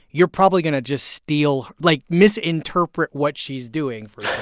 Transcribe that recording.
you're probably going to just steal like, misinterpret what she's doing or,